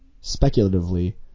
speculatively